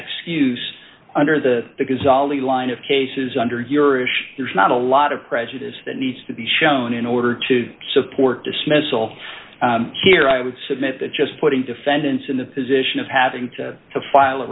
excuse under the because ali line of cases under your issue there's not a lot of prejudice that needs to be shown in order to support dismissal here i would submit that just putting defendants in the position of having to file a